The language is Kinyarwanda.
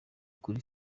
kuri